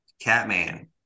Catman